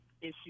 issue